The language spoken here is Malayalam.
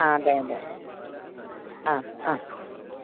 ആ അതെ അതെ ആ ആ